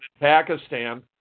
Pakistan